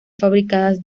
fabricadas